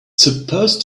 supposed